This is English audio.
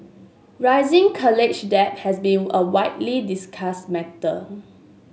rising college debt has been a widely discussed matter